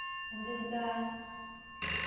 ᱩᱱᱫᱤᱱ ᱞᱮᱠᱟ